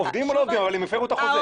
עובדים או לא עובדים, אבל הם הפרו את החוזה.